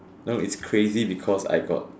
no it's crazy because I got